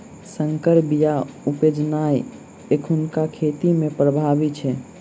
सँकर बीया उपजेनाइ एखुनका खेती मे प्रभावी छै